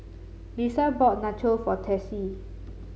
Lissa bought Nacho for Texie